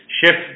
Shift